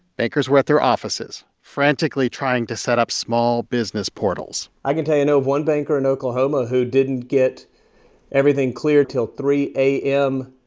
bankers were at their offices, frantically trying to set up small-business portals i can tell you i know of one banker in oklahoma who didn't get everything clear till three a m.